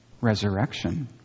resurrection